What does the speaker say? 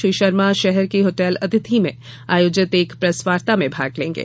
श्री शर्मा शहर की होटल अतिथि में आयोजित एक प्रैसवार्ता में भाग लेंगे